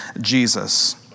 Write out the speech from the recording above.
Jesus